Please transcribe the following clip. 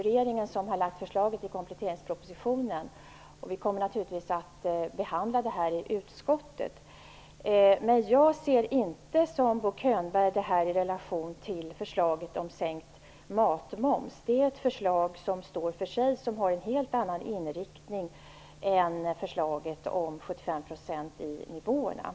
Regeringen har lagt fram det här förslaget i kompletteringspropositionen, och vi kommer naturligtvis att behandla det i utskottet. Jag sätter inte det här i relation till förslaget om sänkt matmoms, vilket Bo Könberg gör. Det är ett förslag som står för sig och som har en helt annan inriktning än förslaget om en ersättningsnivå på 75 %.